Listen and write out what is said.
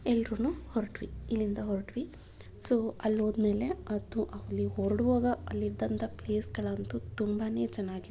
ಎಲ್ಲರೂ ಹೊರಟ್ವಿ ಇಲ್ಲಿಂದ ಹೊರಟ್ವಿ ಸೊ ಅಲ್ಲಿ ಹೋದ್ಮೇಲೆ ಅದು ಅಲ್ಲಿ ಹೊರಡುವಾಗ ಅಲ್ಲಿದ್ದಂತಹ ಪ್ಲೇಸ್ಗಳಂತೂ ತುಂಬನೇ ಚೆನ್ನಾಗಿತ್ತು